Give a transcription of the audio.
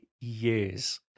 years